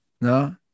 no